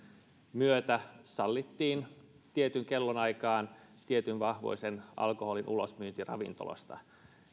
myötä sallittiin tiettyyn kellonaikaan tietyn vahvuisen alkoholin ulosmyynti ravintolasta